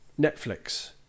Netflix